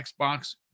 Xbox